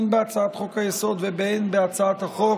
הן בהצעת חוק-היסוד והן בהצעת החוק,